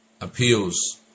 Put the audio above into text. appeals